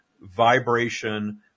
vibration